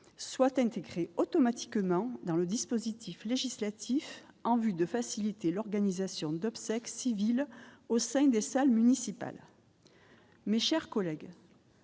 soient intégrés automatiquement dans le dispositif législatif en vue de faciliter l'organisation d'obsèques civiles au sein des salles municipales, mes chers collègues,